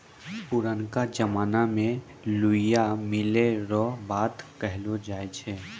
पुरनका जमाना मे रुइया मिलै रो बात कहलौ जाय छै